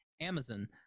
Amazon